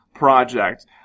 Project